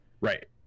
right